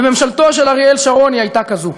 בממשלתו של אריאל שרון היא הייתה כזאת.